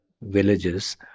villages